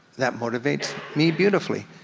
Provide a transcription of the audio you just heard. that motivates me beautifully.